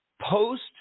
post